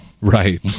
Right